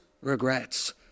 regrets